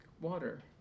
water